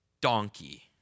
donkey